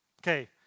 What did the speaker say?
Okay